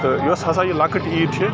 تہٕ یۄس ہَسا یہِ لۄکٕٹ عیٖد چھِ